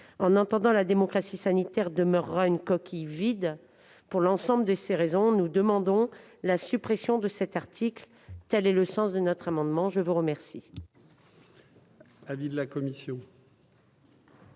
En attendant, la démocratie sanitaire demeurera une coquille vide. Pour l'ensemble de ces raisons, nous demandons la suppression de cet article. Quel est l'avis de la commission ? Le rapporteur